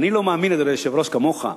אני לא מאמין, אדוני היושב-ראש, כמוך,